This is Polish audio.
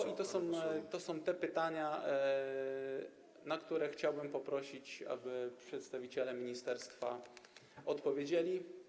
I to są te pytania, na które chciałbym poprosić, aby przedstawiciele ministerstwa odpowiedzieli.